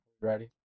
ready